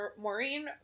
Maureen